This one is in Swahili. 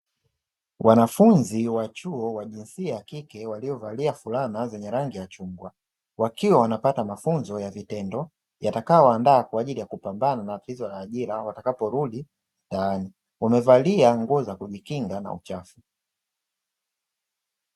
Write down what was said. Wanafunzi wa chuo wa jinsia ya kike waliovalia fulana zenye rangi ya chungwa, wakiwa wanapata mafunzo ya vitendo yatakao waandaa kwa ajili ya kupambana na tatizo la ajira watakaporudi mtaani. Wamevalia nguo za kujikinga na uchafu.